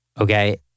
Okay